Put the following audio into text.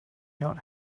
not